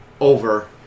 over